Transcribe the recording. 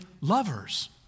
lovers